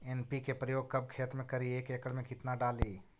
NPK प्रयोग कब खेत मे करि एक एकड़ मे कितना डाली?